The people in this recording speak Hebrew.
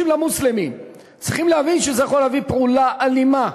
למוסלמים צריכים להבין שזה יכול להביא פעולה אלימה,